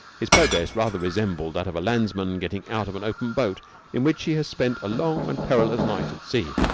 his progress rather resembled that of a landsman getting out of an open boat in which he has spent a long and perilous night at sea.